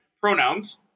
Pronouns